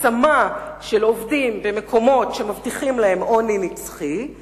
מה הפתרון שלכם לממדי העוני העצום בקרב אנשים עובדים?